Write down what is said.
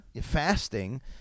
fasting